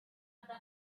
dafür